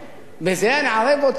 בזה נערב אותו?